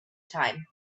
time